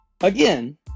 Again